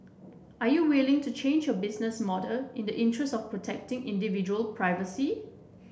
are you willing to change your business model in the interest of protecting individual privacy